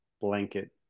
blanket